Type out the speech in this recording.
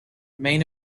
main